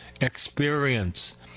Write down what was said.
experience